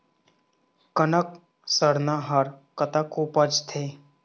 कनक सरना हर कतक उपजथे?